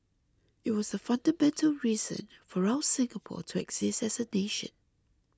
it was the fundamental reason for our Singapore to exist as a nation